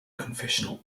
confessional